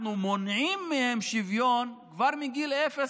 אנחנו מונעים מהילדים האלה שוויון כבר מגיל אפס,